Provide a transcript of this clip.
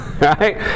right